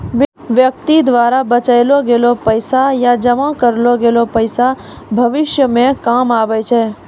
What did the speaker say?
व्यक्ति द्वारा बचैलो गेलो पैसा या जमा करलो गेलो पैसा भविष्य मे काम आबै छै